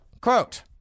quote